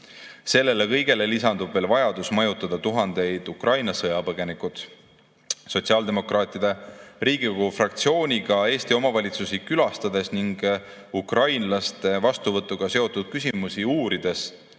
Sellele kõigele lisandub veel vajadus majutada tuhanded Ukraina sõjapõgenikud. Sotsiaaldemokraatide Riigikogu fraktsiooniga Eesti omavalitsusi külastades ning ukrainlaste vastuvõtuga seotud küsimusi uurides